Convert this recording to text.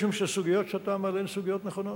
משום שהסוגיות שאתה מעלה הן סוגיות נכונות.